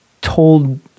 told